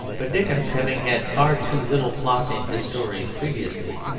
but dickens, having had far too little plot in his stories previously,